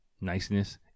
niceness